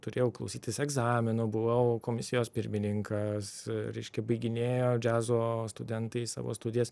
turėjau klausytis egzamino buvau komisijos pirmininkas reiškia baiginėjo džiazo studentai savo studijas